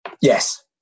Yes